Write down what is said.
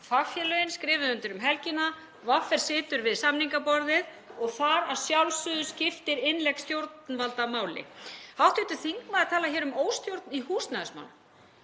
Fagfélögin skrifuðu undir um helgina, VR situr við samningaborðið og þar að sjálfsögðu skiptir innlegg stjórnvalda máli. Hv. þingmaður talar um óstjórn í húsnæðismálum.